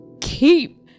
keep